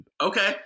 Okay